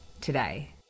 today